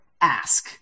ask